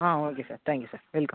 ah okay sir thank you sir welcome